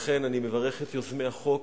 לכן, אני מברך את יוזמי החוק,